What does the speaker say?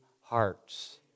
hearts